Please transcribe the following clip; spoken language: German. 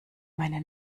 meine